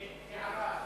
הערה.